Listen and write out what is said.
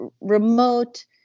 remote